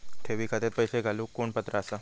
ठेवी खात्यात पैसे घालूक कोण पात्र आसा?